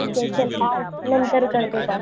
ठीक आहे चल बाय नंतर करते कॉल